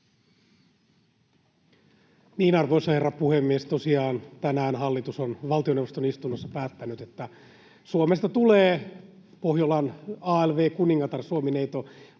hyvä. Arvoisa herra puhemies! Tosiaan tänään hallitus on valtioneuvoston istunnossa päättänyt, että Suomesta tulee Pohjolan alv-kuningatar. Suomi-neito